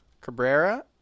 Cabrera